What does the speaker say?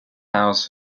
housed